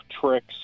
tricks